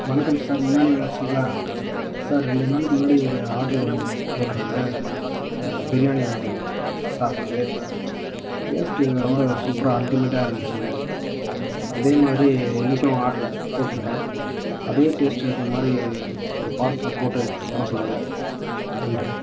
வணக்கம் சார் முனியாண்டி விலாஸுங்களா சார் ரெண்டு நாளுக்கு முன்னாடி ஒரு ஆட்ரு ஒன்று போட்டுருந்தேன் பிரியாணி சாப்பாடு டேஸ்ட்டு ரொம்ப சூப்பராக அல்ட்டிமேட்டாக இருந்துச்சுங்க அதே மாதிரி இன்றைக்கும் ஆட்ரு போட்டுருக்கேன் அதே டேஸ்ட் இருக்க மாதிரி ஒரு பார்சல் போட்டு அனுப்புங்க நன்றி